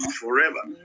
forever